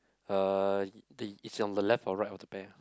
uh the it's on the right or left of the bear